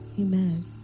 Amen